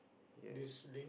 yes